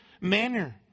manner